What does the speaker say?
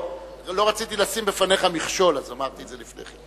אני לא רציתי לשים בפניך מכשול אז אמרתי את זה לפני כן.